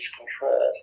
control